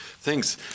Thanks